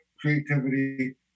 creativity